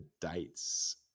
dates